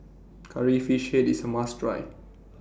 Curry Fish Head IS A must Try